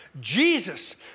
Jesus